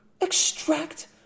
extract